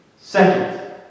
Second